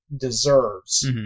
deserves